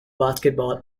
basketball